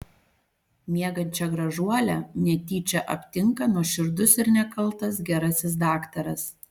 miegančią gražuolę netyčia aptinka nuoširdus ir nekaltas gerasis daktaras